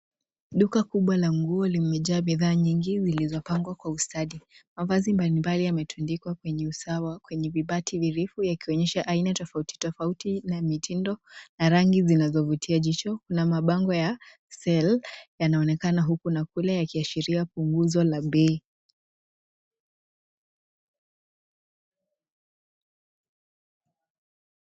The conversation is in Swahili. Duka kubwa la nguo limejaa bidhaa nyingi zilizopangwa kwa ustadi. Mavazi mbalimbali yametundikwa kwenye usawa kwenye vibati virefu yakionyesha aina tofauti tofauti na mitindo na rangi zinazovutia jicho na mabango ya sell yanaonekana huku na kule yakiashiria punguzo la bei.